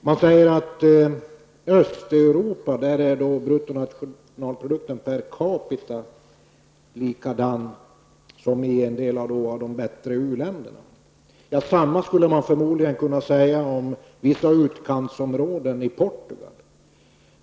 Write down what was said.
Man säger att i Östeuropa är bruttonationalprodukten per capita likadan som i en del av de bättre u-länderna. Men detsamma skulle man förmodligen kunna säga om vissa utkantsområden i Portugal.